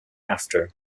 after